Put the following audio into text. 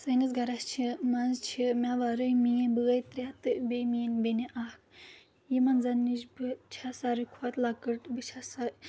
سٲنِس گَرَس چھِ منٛز چھِ مےٚ وَرٲے میٲنۍ بٲے ترٛےٚ تہٕ بیٚیہِ میٲنۍ بیٚنہِ اکھ یِمَن زَن نِش بہٕ چھَس ساروی کھۄتہٕ لَکٕٹ بہٕ چھَس